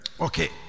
Okay